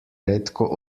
redko